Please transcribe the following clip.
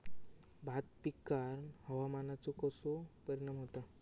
भात पिकांर हवामानाचो कसो परिणाम होता?